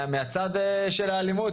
מהצד של האלימות,